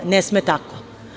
Ne sme tako.